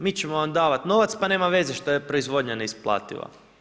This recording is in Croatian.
Mi ćemo vam davati novac, pa nema veze što je proizvodnja neisplativa.